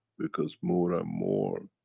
because more and more